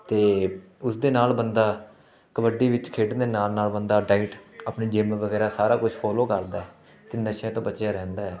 ਅਤੇ ਉਸ ਦੇ ਨਾਲ ਬੰਦਾ ਕਬੱਡੀ ਵਿੱਚ ਖੇਡਣ ਦੇ ਨਾਲ ਨਾਲ ਬੰਦਾ ਡਾਇਟ ਆਪਣੀ ਜਿਮ ਵਗੈਰਾ ਸਾਰਾ ਕੁਛ ਫੋਲੋ ਕਰਦਾ ਅਤੇ ਨਸ਼ਿਆਂ ਤੋਂ ਬਚਿਆ ਰਹਿੰਦਾ ਹੈ